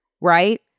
right